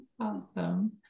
Awesome